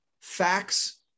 facts